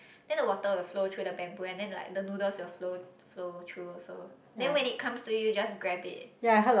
then the water will flow through the bamboo and then like the noodles will flow flow through also then when it comes to you just grab it